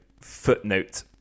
footnote